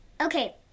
Okay